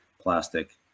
plastic